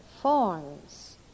forms